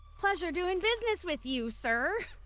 pleasure doing business with you, sir.